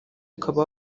ukaba